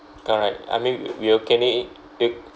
correct I mean we will can only build